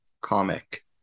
comic